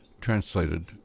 Translated